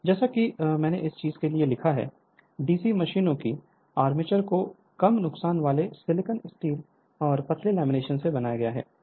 Refer Slide Time 1946 जैसा कि मैंने इस चीज के लिए लिखा है डीसी मशीनों की आर्मेचर को कम नुकसान वाले सिलिकॉन स्टील के पतले लेमिनेशन से बनाया गया है